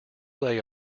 lay